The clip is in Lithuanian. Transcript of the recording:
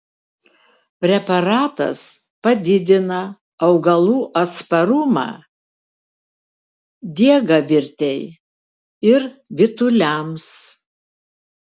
preparatas padidina augalų atsparumą diegavirtei ir vytuliams